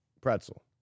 pretzel